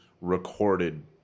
recorded